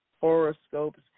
horoscopes